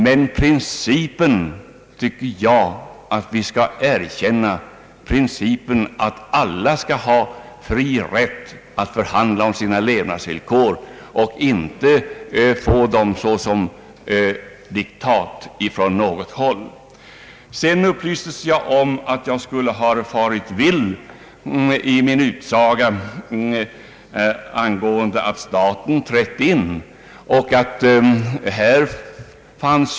Men jag tycker att vi bör erkänna principen att alla skall ha rätt att förhandla om sina levnadsvillkor och att man inte skall få dem som diktat från något håll. Sedan upplystes jag om att jag skulle ha farit vill i min utsaga att staten här trätt in.